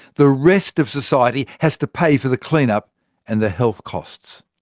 the rest of society has to pay for the clean up and the health costs.